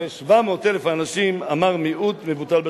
ל-700,000 אנשים, אמר "מיעוט מבוטל בשטחים".